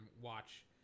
watch